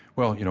well, you know